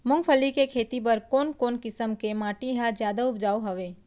मूंगफली के खेती बर कोन कोन किसम के माटी ह जादा उपजाऊ हवये?